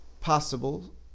possible